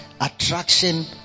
attraction